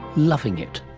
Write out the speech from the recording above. loving it